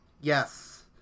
Yes